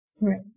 right